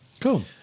Cool